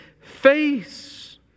face